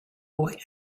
boy